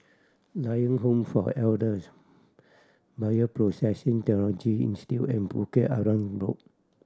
Lion Home for Elders Bioprocessing Technology Institute and Bukit Arang Road